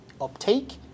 uptake